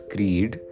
Creed